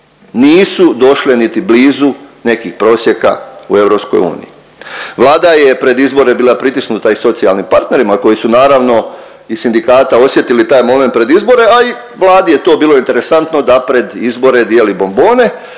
nisu došle niti blizu nekih prosjeka u EU. Vlada je pred izbore bila pritisnuta i socijalnim partnerima koji su naravno i sindikata osjetili taj moment pred izbore, a i Vladi je to bilo interesantno da pred izbore dijeli bombone,